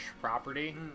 property